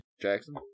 Jackson